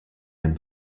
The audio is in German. den